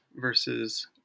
versus